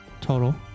total